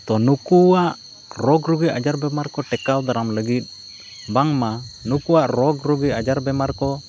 ᱛᱳ ᱱᱩᱠᱩᱣᱟᱜ ᱨᱳᱜᱽ ᱨᱩᱜᱤ ᱟᱡᱟᱨ ᱵᱤᱢᱟᱨ ᱠᱚ ᱴᱮᱸᱠᱟᱣ ᱫᱟᱨᱟᱢ ᱞᱟᱹᱜᱤᱫ ᱵᱟᱝᱢᱟ ᱱᱩᱠᱩᱣᱟᱜ ᱨᱳᱜᱽ ᱨᱩᱜᱤ ᱟᱡᱟᱨ ᱵᱤᱢᱟᱨ ᱠᱚ